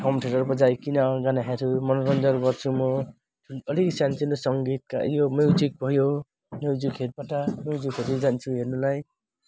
home theatre बजाइकन गानाहरू मनोरञ्जन गर्छु म अनि अलिकति सानोतिनो सङ्गीतका यो म्युजिक भयो यो जो खेतबाट रोजेको बिजन छु हेर्नुलाई